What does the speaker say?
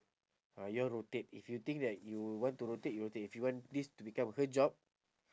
ah you all rotate if you think that you want to rotate you rotate if you want this to become her job